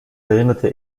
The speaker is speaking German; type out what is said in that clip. erinnerte